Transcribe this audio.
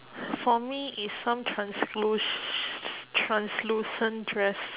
for me is some transluc~ translucent dress